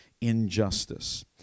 injustice